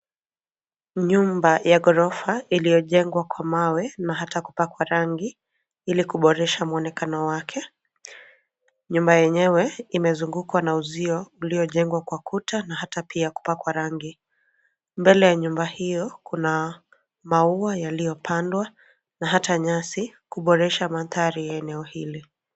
Nyumba ya gorofa iliyojengwa kwa mawe na hata kupakwa rangi, ilikuboresha mwanekano wake, nyumba yenyewe imezungukwa na uzio uliyojengwa kwa kuta na hata pia kupakwa rangi mbele ya nyumba hio kuna maua yaliyo pandwa na hata nyasi kuboresha mandhari ya eneo hili.